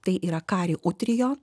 tai yra kari utrijo